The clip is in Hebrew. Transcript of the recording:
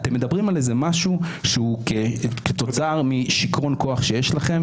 אתם מדברים על משהו שהוא כתוצאה משיכרון כוח שיש לכם,